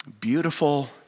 beautiful